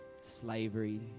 slavery